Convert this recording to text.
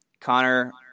Connor